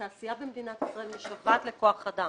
התעשייה במדינת ישראל משוועת לכוח אדם